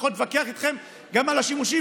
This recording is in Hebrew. אני יכול להתווכח איתכם גם על השימושים